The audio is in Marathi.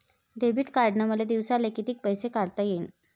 डेबिट कार्डनं मले दिवसाले कितीक पैसे काढता येईन?